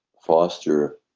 foster